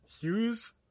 Hughes